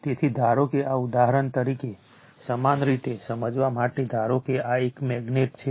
તેથી ધારો કે આ ઉદાહરણ તરીકે સમાન રીતે સમજવા માટે ધારો કે આ એક મેગ્નેટ છે